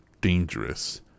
Dangerous